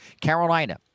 Carolina